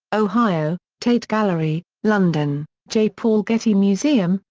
ohio tate gallery, london j. paul getty museum,